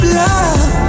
love